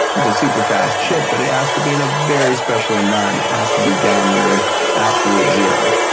that's a super fast chip but it has to be in a very special environment. it has to be down near absolute zero.